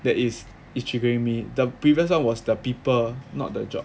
that is is triggering me the previous one was the people not the job